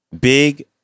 Big